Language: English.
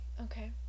okay